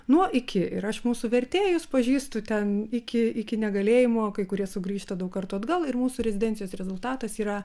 nuo iki ir aš mūsų vertėjus pažįstu ten iki iki negalėjimo kai kurie sugrįžta daug kartų atgal ir mūsų rezidencijos rezultatas yra